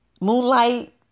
Moonlight